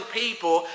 people